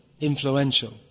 influential